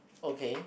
okay